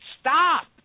Stop